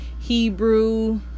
Hebrew